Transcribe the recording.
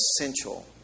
essential